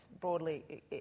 broadly